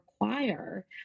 require